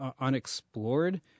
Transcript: Unexplored